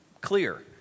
clear